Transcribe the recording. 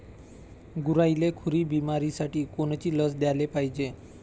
गुरांइले खुरी बिमारीसाठी कोनची लस द्याले पायजे?